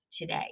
today